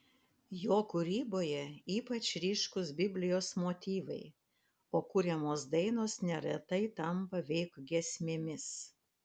jo kūryboje ypač ryškūs biblijos motyvai o kuriamos dainos neretai tampa veik giesmėmis